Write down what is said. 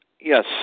Yes